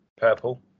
purple